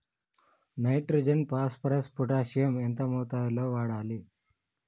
Nitrogen phosphorus potassium ఎంత మోతాదు లో వాడాలి?